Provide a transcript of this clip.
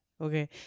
Okay